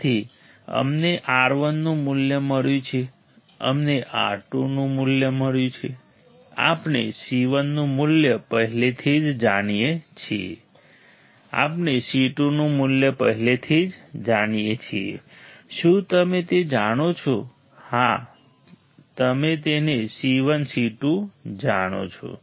તેથી અમને R1 નું મૂલ્ય મળ્યું છે અમને R2 નું મૂલ્ય મળ્યું છે આપણે C1 નું મૂલ્ય પહેલેથી જ જાણીએ છીએ આપણે C2 નું મૂલ્ય પહેલેથી જ જાણીએ છીએ શું તમે તે જાણો છો હા તમે તેને C1 C2 જાણો છો